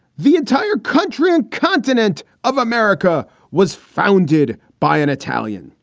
the entire country and continent of america was founded by an italian.